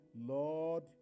Lord